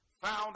found